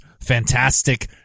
fantastic